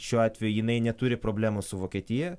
šiuo atveju jinai neturi problemų su vokietija